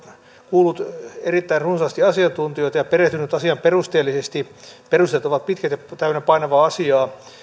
kuullut erittäin runsaasti asiantuntijoita ja perehtynyt asiaan perusteellisesti perustelut ovat pitkät ja täynnä painavaa asiaa